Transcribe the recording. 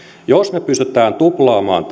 jos me pystymme tuplaamaan